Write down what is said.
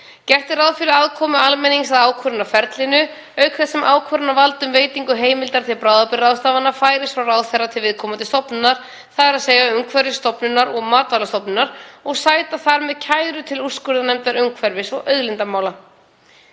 Gert er ráð fyrir aðkomu almennings að ákvörðunarferlinu auk þess sem ákvörðunarvald um veitingu heimildar til bráðabirgðaráðstafana færist frá ráðherra til viðkomandi stofnunar, þ.e. Umhverfisstofnunar og Matvælastofnunar, og sætir þar með kæru til úrskurðarnefndar umhverfis- og auðlindamála.